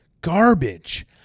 garbage